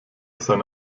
seine